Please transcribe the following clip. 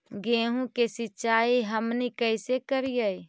गेहूं के सिंचाई हमनि कैसे कारियय?